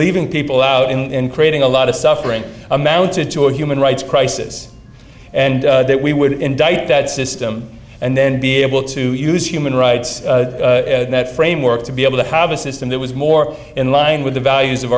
leaving people out and creating a lot of suffering amounted to a human rights crisis and that we would indict that system and then be able to use human rights that framework to be able to have a system that was more in line with the values of